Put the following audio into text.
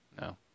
No